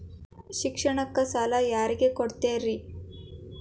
ಶಿಕ್ಷಣಕ್ಕ ಸಾಲ ಯಾರಿಗೆ ಕೊಡ್ತೇರಿ?